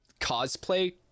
cosplay